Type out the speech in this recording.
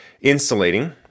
insulating